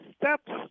steps